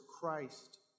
Christ